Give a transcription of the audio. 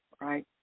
right